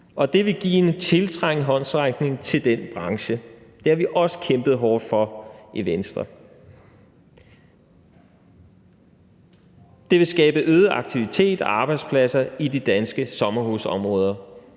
det vil give en tiltrængt håndsrækning til den branche. Det har vi også kæmpet hårdt for i Venstre. Det vil skabe øget aktivitet og arbejdspladser i de danske sommerhusområder